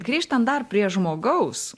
grįžtant dar prie žmogaus